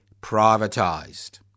privatised